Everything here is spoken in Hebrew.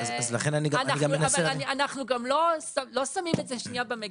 אנחנו גם לא שמים את זה שנייה במגירה.